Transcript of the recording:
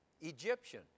Egyptian